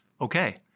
okay